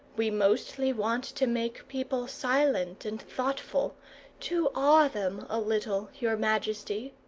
we mostly want to make people silent and thoughtful to awe them a little, your majesty.